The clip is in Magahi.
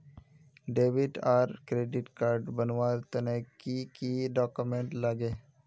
डेबिट आर क्रेडिट कार्ड बनवार तने की की डॉक्यूमेंट लागे?